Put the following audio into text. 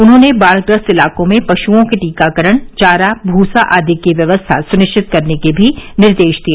उन्होंने बाढ़ग्रस्त इलाकों में पशुओं के टीकाकरण चारा भूसा आदि की व्यवस्था सुनिश्चित करने के भी निर्देश दिए